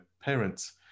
parents